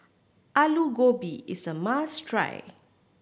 Alu Gobi is a must try